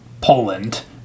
Poland